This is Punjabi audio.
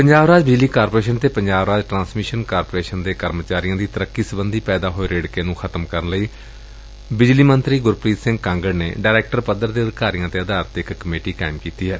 ਪੰਜਾਬ ਰਾਜ ਬਿਜਲੀ ਕਾਰਪੋਰੇਸ਼ਨ ਅਤੇ ਪੰਜਾਬ ਰਾਜ ਟੁਾਂਸਮਿਸ਼ਨ ਕਾਰਪੋਰੇਸ਼ਨ ਲਿਮਟਿਡ ਦੇ ਕਰਮਚਾਰੀਆਂ ਦੀ ਤਰੱਕੀ ਸਬੰਧੀ ਪੈਦਾ ਹੋਏ ਰੇੜਕੇ ਨੂੰ ਸਮਾਪਤ ਕਰਨ ਲਈ ਦੇ ਬਿਜਲੀ ਮੰਤਰੀ ਗੁਰਪ੍ਰੀਤ ਸਿੰਘ ਕਾਂਗੜ ਨੇ ਡਾਇਰੈਕਟਰ ਪੱਧਰ ਦੇ ਅਧਿਕਾਰੀਆਂ ਤੇ ਅਧਾਰਿਤ ਕਮੇਟੀ ਦਾ ਗਠਨ ਕੀਤਾ ਗਿਐ